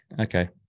okay